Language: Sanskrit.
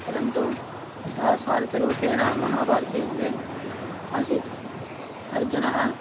परन्तु सः सारथिरूपेण महाभारतयुद्धे आसीत् अर्जुनः